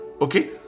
Okay